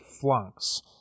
flunks